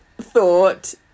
thought